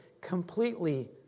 completely